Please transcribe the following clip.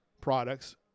products